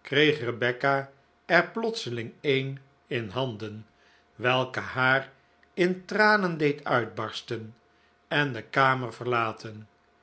kreeg rebecca er plotseling een in handen welke haar in tranen deed uitbarsten en de kamer verlaten